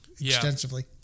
extensively